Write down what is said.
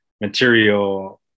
material